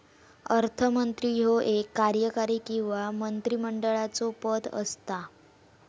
अर्थमंत्री ह्यो एक कार्यकारी किंवा मंत्रिमंडळाचो पद असता